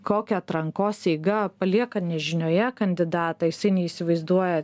kokia atrankos eiga palieka nežinioje kandidatą jisai neįsivaizduoja